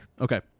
okay